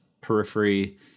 periphery